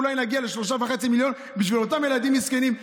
אולי נגיע ל-3.5 מיליון לאותם ילדים מסכנים,